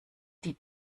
die